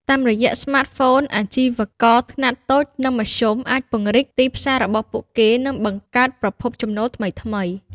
តាមរយៈស្មាតហ្វូន អាជីវករខ្នាតតូច និងមធ្យមអាចពង្រីកទីផ្សាររបស់ពួកគេ និងបង្កើតប្រភពចំណូលថ្មីៗ។